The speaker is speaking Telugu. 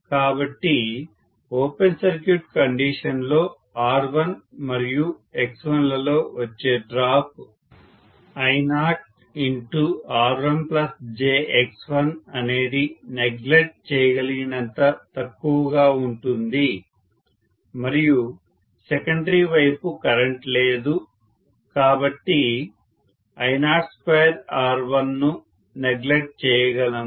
కాబట్టి ఓపెన్ సర్క్యూట్ కండిషన్ లో R1 మరియు X1 లలో వచ్చే డ్రాప్ I0R1jX1 అనేది నెగ్లెక్ట్ చేయగలిగినంత తక్కువగా ఉంటుంది మరియు సెకండరీ వైపు కరెంట్ లేదు కాబట్టి I02R1 ను నెగ్లెక్ట్ చేయగలము